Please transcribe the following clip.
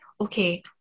okay